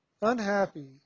unhappy